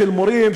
של מורים,